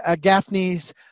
Gaffney's